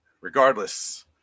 regardless